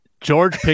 George